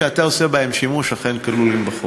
המכשירים שאתה עושה בהם שימוש אכן כלולים בחוק.